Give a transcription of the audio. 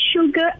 sugar